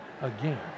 again